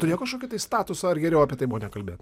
turėjo kažkokį tai statusą ar geriau apie tai nekalbėt